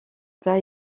plat